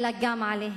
אלא גם עליהם.